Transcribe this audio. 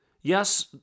Yes